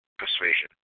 persuasion